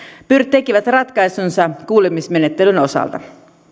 tekivät ratkaisunsa kuulemismenettelyn osalta